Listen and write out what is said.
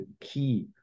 key